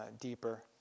deeper